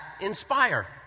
inspire